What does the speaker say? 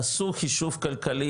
עשו חישוב כלכלי,